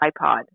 iPod